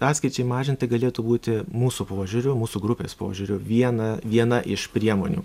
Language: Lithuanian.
atskirčiai mažinti galėtų būti mūsų požiūriu mūsų grupės požiūriu viena viena iš priemonių